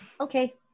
Okay